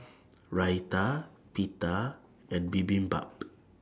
Raita Pita and Bibimbap